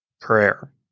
Prayer